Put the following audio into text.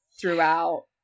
throughout